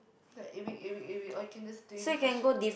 like eight week eight week or you can just three week first